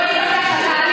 למה שלא תשבו,